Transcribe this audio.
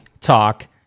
talk